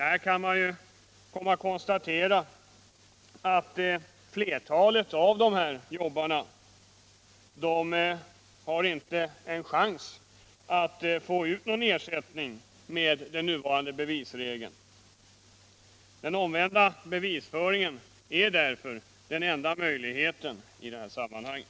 Man kan konstatera = Vissa skadeståndsatt flertalet av de här jobbarna inte har en chans att få ut någon ersättning rättsliga frågor med den nuvarande bevisregeln. Den omvända bevisföringen är därför den enda möjligheten även i det här sammanhanget.